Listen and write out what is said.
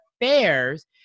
affairs